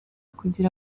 kugira